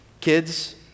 Kids